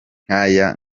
nk’aya